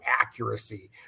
accuracy